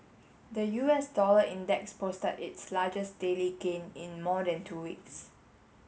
the U S dollar index posted its largest daily gain in more than two weeks